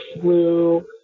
flu